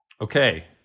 Okay